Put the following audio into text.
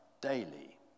daily